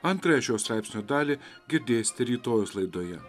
antrąją šio straipsnio dalį girdėsite rytojaus laidoje